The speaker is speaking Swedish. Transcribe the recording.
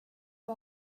vad